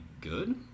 good